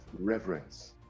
reverence